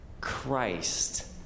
Christ